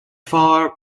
far